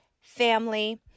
family